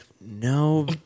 no